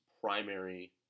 primary